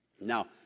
Now